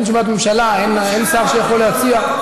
אין תשובת ממשלה, אין שר שיכול להציע.